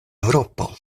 eŭropo